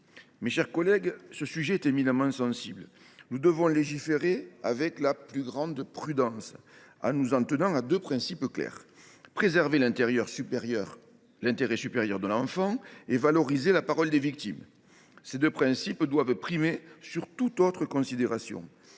Mes chers collègues, ce sujet est on ne peut plus sensible. En la matière, nous devons légiférer avec la plus grande prudence en nous en tenant à deux objectifs clairs : préserver l’intérêt supérieur de l’enfant et valoriser la parole des victimes. Ces deux enjeux doivent primer toute autre considération.